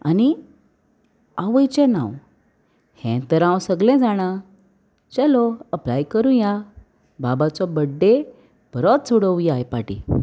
आनी आवयचें नांव हें तर हांव सगलें जाणा चलो अप्लाय करुया बाबाचो बड्डे बरोच सोडोवुया हाय पार्टी